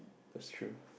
it's true